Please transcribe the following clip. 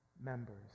members